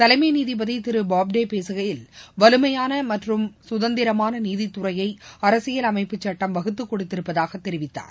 தலைமை நீதிபதி திரு போப்டே பேசுகையில் வலிமையான மற்றும் சுதந்திரமான நீதித்துறையை அரசியல் அமைப்புச் சட்டம் வகுத்துக் கொடுத்திருப்பதாகத் தெரிவித்தார்